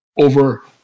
Over